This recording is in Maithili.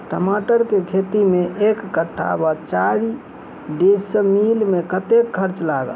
टमाटर केँ खेती मे एक कट्ठा वा चारि डीसमील मे कतेक खर्च लागत?